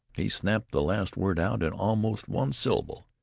he snapped the last word out in almost one syllable,